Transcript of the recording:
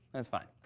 that's fine.